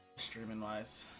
streaming lives